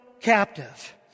captive